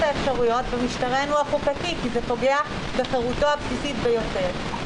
האפשרויות במשטרנו החוקתי כי זה פוגע בחירותו הבסיסית ביותר.